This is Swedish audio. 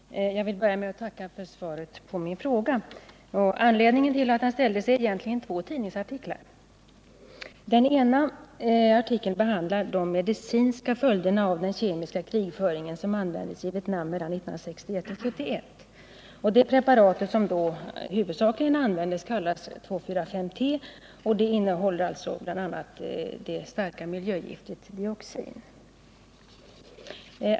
Herr talman! Jag vill börja med att tacka för svaret på min fråga. Anledningen till att den ställdes är två tidningsartiklar. Den ena artikeln behandlar de medicinska följderna av den kemiska krigföring som användes i Vietnam mellan 1961 och 1971. Det preparat som då huvudsakligen användes kallas 2,4,5-T. Det innehåller bl.a. det starka miljögiftet dioxin.